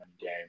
game